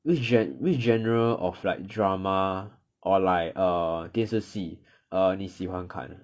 which gen~ which genre of like drama or like err 电视戏 err 你喜欢看